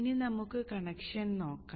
ഇനി നമുക്ക് കണക്ഷൻ ഉണ്ടാക്കാം